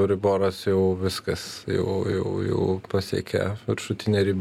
riboras jau viskas jau jau jau pasiekė viršutinę ribą